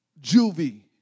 juvie